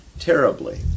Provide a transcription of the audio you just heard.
Terribly